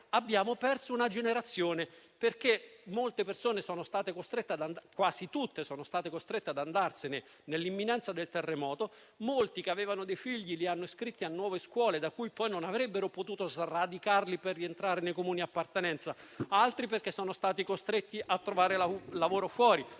abbiamo perso una generazione, perché molte persone, quasi tutte, sono state costrette ad andarsene nell'imminenza del terremoto. Molti di coloro che avevano dei figli, li hanno iscritti a nuove scuole, da cui poi non avrebbero potuto sradicarli per rientrare nei Comuni di appartenenza; altri sono stati costretti a trovare lavoro fuori;